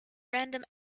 random